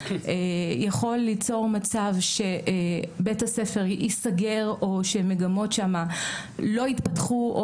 יכול ליצור מצב שבית הספר ייסגר או שמגמות שם לא ייפתחו.